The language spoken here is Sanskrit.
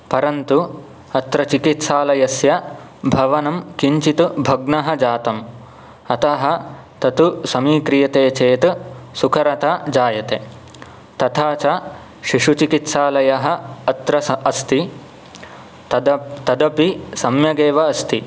परन्तु अत्र चिकित्सालयस्य भवनं किञ्चित् भग्नः जातम् अतः तत् समीक्रियते चेत् सुकरता जायते तथा च शिशुचिकित्सालयः अत्र स् अस्ति तदप् तदपि सम्यगेव अस्ति